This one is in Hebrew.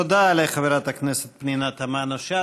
תודה לחברת הכנסת פנינה תמנו-שטה.